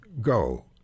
go